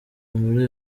muri